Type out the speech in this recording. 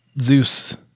Zeus